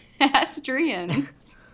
Astrians